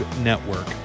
network